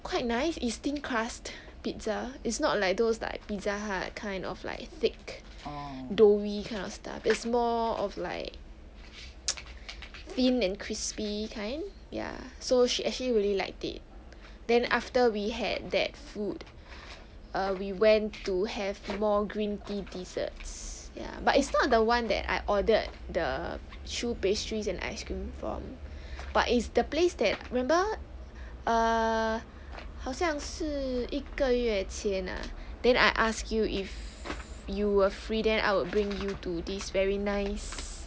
quite nice is thin crust pizza is not like those like pizza hut kind of like thick doughy kind of stuff is more of like thin and crispy kind ya so she actually really liked it then after we had that food err we went to have more green tea deserts ya but it's not the one that I ordered the choux pastries and ice cream from but is the place that remember err 好像是一个月前 ah then I ask you if you were free then I will bring you to this very nice